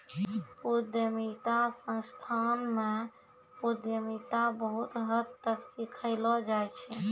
उद्यमिता संस्थान म उद्यमिता बहुत हद तक सिखैलो जाय छै